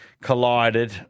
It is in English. collided